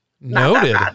noted